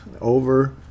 Over